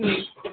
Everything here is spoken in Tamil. ம்